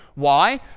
why?